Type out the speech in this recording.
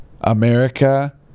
america